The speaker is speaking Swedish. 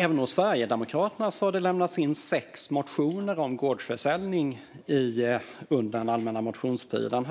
Från Sverigedemokraterna lämnades det in sex motioner om gårdsförsäljning under allmänna motionstiden.